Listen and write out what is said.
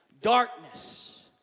Darkness